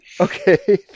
Okay